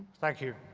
thank you.